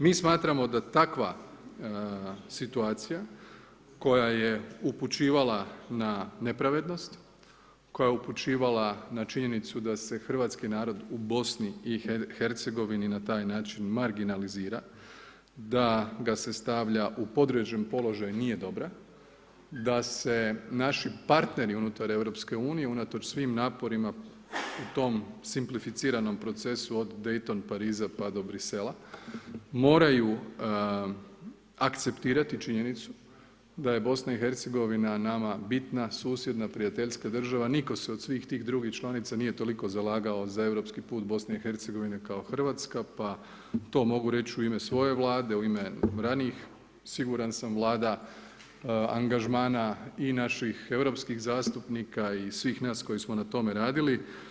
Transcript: Mi smatramo da takva situacija koja je upućivala na nepravednost, koja je upućivala na činjenicu da se hrvatski narod u BiH-a na taj način marginalizira, da ga se stavlja u podređen položaj nije dobra, da se naši partneri unutar EU, unatoč svim naporima u tom simpliciranom procesu od Dayton Pariza pa do Brisela, moraju akceptirati činjenicu da je BiH-a nama bitna, susjedna, prijateljska država, nitko se od svih tih drugih članica nije toliko zalagao za europski put BiH-a kao Hrvatska pa to mogu reći u ime svoje Vlade, u ime ranijih siguran sam Vlada angažmana i naših europskih zastupnika i svih nas koji smo na tome radili.